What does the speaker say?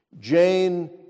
Jane